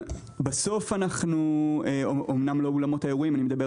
בסוף אנו אומנם לא אולמות האירועים אני מדבר